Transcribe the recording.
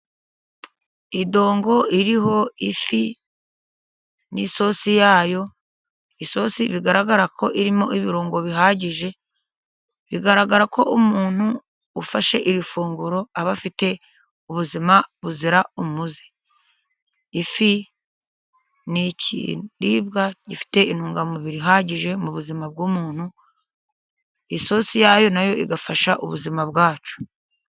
Idongo iriho ifi n'isosi yayo ,isosi bigaragara ko irimo ibirungo bihagije, bigaragara ko umuntu ufashe iri funguro aba afite ubuzima buzira umuze. Ifi ni ikiribwa gifite intungamubiri ihagije mu buzima bw'umuntu, isosi yayo na yo igafasha ubuzima bwacu.